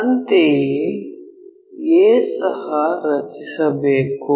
ಅಂತೆಯೇ a ಸಹ ರಚಿಸಬೇಕು